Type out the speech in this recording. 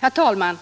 Herr talman!